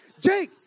Jake